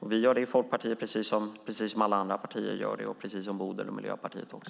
Det gör vi i Folkpartiet, precis som man gör i alla andra partier och precis som Bodil och Miljöpartiet gör.